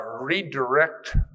redirect